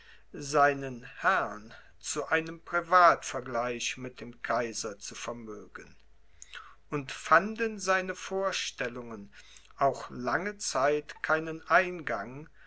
seinen herrn zu einem privatvergleich mit dem kaiser zu vermögen und fanden seine vorstellungen auch lange zeit keinen eingang